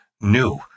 new